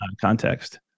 context